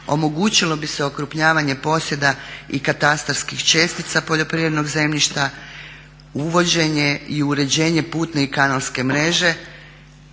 omogućilo bi se okrupnjavanje posjeda i katastarskih čestica poljoprivrednog zemljišta, uvođenje i uređenje putne i kanalske mreže,